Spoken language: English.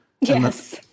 Yes